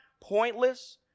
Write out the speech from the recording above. pointless